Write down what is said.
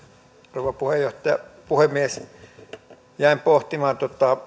rouva puhemies jäin pohtimaan